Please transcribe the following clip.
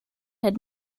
had